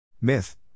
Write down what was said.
Myth